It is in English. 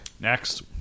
Next